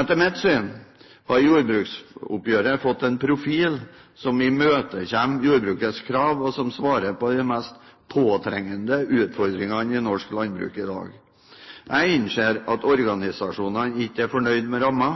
Etter mitt syn har jordbruksoppgjøret fått en profil som imøtekommer jordbrukets krav, og som svarer på de mest påtrengende utfordringene i norsk landbruk i dag. Jeg innser at organisasjonene ikke er fornøyd med rammen,